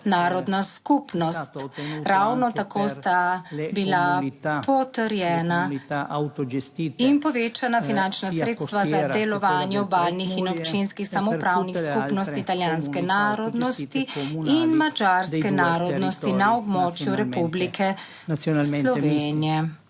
narodna skupnost. Ravno tako sta bila potrjena in povečana finančna sredstva za delovanje obalnih in občinskih samoupravnih skupnosti italijanske narodnosti in madžarske narodnosti, na območju Republike Slovenije.